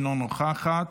אינה נוכחת,